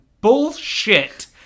bullshit